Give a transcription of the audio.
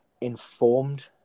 informed